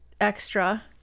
Extra